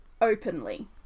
openly